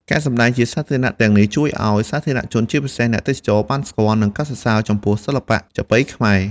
ការសម្តែងជាសាធារណៈទាំងនេះ ជួយឱ្យសាធារណជន ជាពិសេសអ្នកទេសចរ បានស្គាល់ និងកោតសរសើរចំពោះសិល្បៈចាប៉ីខ្មែរ។